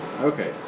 Okay